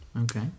Okay